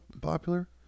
popular